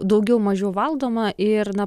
daugiau mažiau valdoma ir na